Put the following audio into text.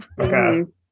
Okay